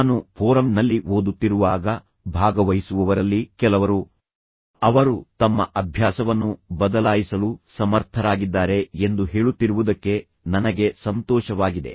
ನಾನು ಫೋರಮ್ ನಲ್ಲಿ ಓದುತ್ತಿರುವಾಗ ಭಾಗವಹಿಸುವವರಲ್ಲಿ ಕೆಲವರು ಅವರು ತಮ್ಮ ಅಭ್ಯಾಸವನ್ನು ಬದಲಾಯಿಸಲು ಸಮರ್ಥರಾಗಿದ್ದಾರೆ ಎಂದು ಹೇಳುತ್ತಿರುವುದಕ್ಕೆ ನನಗೆ ಸಂತೋಷವಾಗಿದೆ